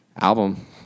album